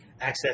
access